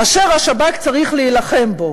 אשר השב"כ צריך להילחם בו".